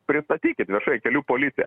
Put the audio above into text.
pristatykit viešai kelių policija